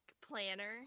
planner